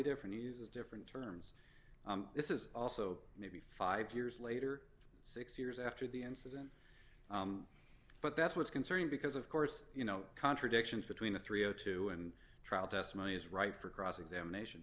different he uses different terms this is also maybe five years later six years after the incident but that's what's concerning because of course you know contradictions between the three o two and trial testimony is right for cross examination